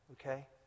okay